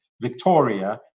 Victoria